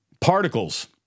Particles